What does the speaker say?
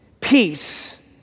Peace